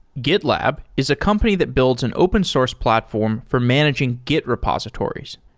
gitlab is a company that builds an open source platform for managing git repositories.